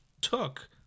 took